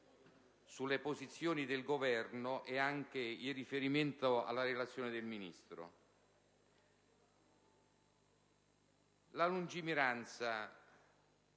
sulle posizioni del Governo e anche in riferimento alla relazione del Ministro.